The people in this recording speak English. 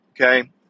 Okay